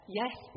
yes